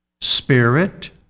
Spirit